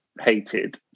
hated